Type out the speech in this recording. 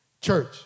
Church